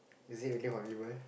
is it really horrible